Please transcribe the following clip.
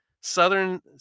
Southern